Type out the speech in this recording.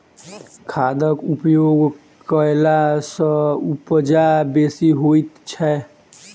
खादक उपयोग कयला सॅ उपजा बेसी होइत छै